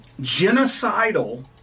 genocidal